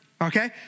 Okay